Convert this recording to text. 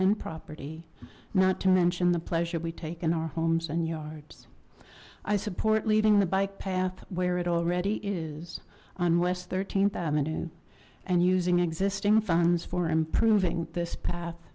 and property not to mention the pleasure we take in our homes and yards i support leading the bike path where it already is on west th avenue and using existing funds for improving this path